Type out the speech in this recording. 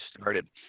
started